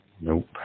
Nope